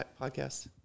podcast